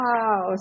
wow